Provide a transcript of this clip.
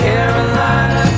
Carolina